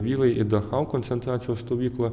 vyrai į dachau koncentracijos stovyklą